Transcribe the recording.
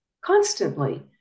constantly